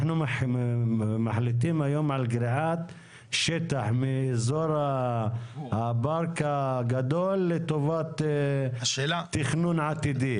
אנחנו מחליטים היום על גריעת שטח מאזור הפארק הגדול לטובת תכנון עתידי.